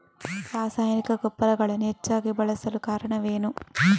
ರಾಸಾಯನಿಕ ಗೊಬ್ಬರಗಳನ್ನು ಹೆಚ್ಚಾಗಿ ಬಳಸಲು ಕಾರಣವೇನು?